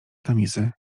tamizy